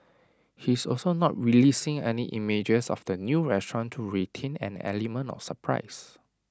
he's also not releasing any images of the new restaurant to retain an element of surprise